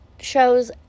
shows